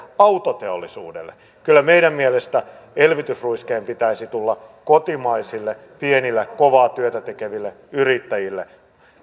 autoteollisuudelle kyllä meidän mielestämme elvytysruiskeen pitäisi tulla kotimaisille pienille kovaa työtä tekeville yrittäjille